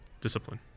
discipline